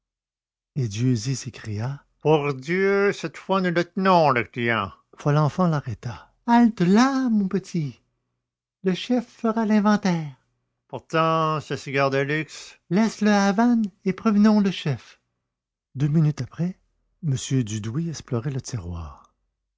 pour dieu cette fois nous le tenons le client folenfant l'arrêta halte-là mon petit le chef fera l'inventaire pourtant ce cigare de luxe laisse le havane et prévenons le chef deux minutes après m dudouis explorait le tiroir